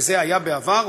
וזה היה בעבר,